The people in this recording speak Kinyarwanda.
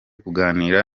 kuganira